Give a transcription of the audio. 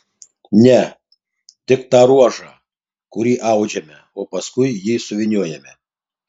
ne tik tą ruožą kurį audžiame o paskui jį suvyniojame